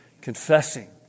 confessing